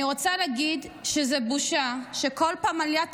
אני רוצה להגיד שזה בושה שכל פעם הנהלת